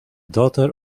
daughter